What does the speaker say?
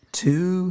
two